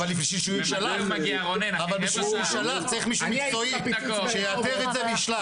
אבל בשביל שהוא יישלח צריך מישהו מקצועי שיאתר את זה נשלח.